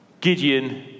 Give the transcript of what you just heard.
Gideon